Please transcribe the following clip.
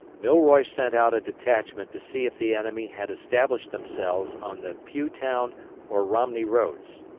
milroy sent out a detachment to see if the enemy had established themselves on the pughtown or romney roads.